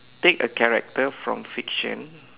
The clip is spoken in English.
take a character from fiction